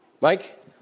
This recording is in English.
Mike